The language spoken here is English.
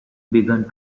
began